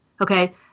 okay